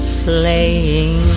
playing